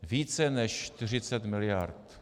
Více než 40 miliard.